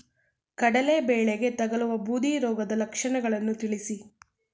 ಕಡಲೆ ಬೆಳೆಗೆ ತಗಲುವ ಬೂದಿ ರೋಗದ ಲಕ್ಷಣಗಳನ್ನು ತಿಳಿಸಿ?